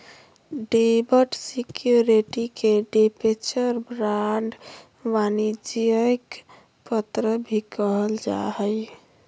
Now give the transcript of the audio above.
डेब्ट सिक्योरिटी के debenture, bond, वाणिज्यिक पत्र भी कहल जा हय